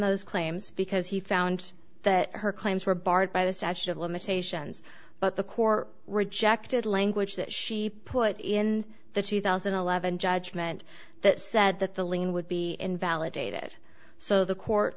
those claims because he found that her claims were barred by the statute of limitations but the core rejected language that she put in the two thousand and eleven judgment that said that the ling would be invalidated so the court